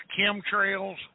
chemtrails